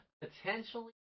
potentially